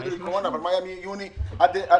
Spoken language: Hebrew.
תגידו לי קורונה, אבל מה היה מיוני עד מרץ.